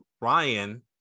Ryan